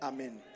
Amen